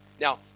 Now